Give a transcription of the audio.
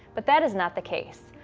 but that is not the case.